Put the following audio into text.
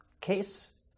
CASE